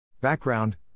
Background